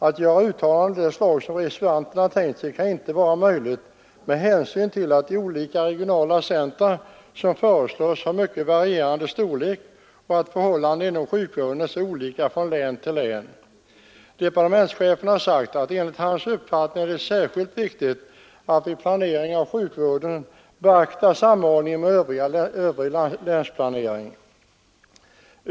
Att göra ett uttalande av det slag som reservanterna tänkt sig kan inte vara möjligt, med hänsyn till att de olika regionala centra som föreslås har mycket varierande storlek och att förhållandena inom sjukvården är så olika från län till län. Departementschefen har sagt att enligt hans uppfattning är det särskilt viktigt att vid planering av sjukvården beakta samordningen med övrig länsplanering.